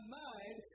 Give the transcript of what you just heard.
mind